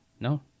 no